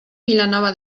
vilanova